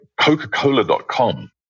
Coca-Cola.com